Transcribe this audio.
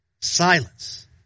Silence